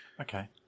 Okay